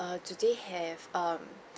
err do they have um